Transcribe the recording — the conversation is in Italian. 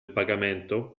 pagamento